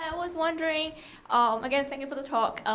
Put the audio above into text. and was wondering ah again, thank you for the talk.